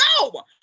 No